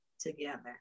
together